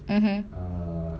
mmhmm